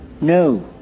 no